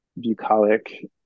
bucolic